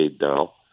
now